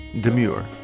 Demure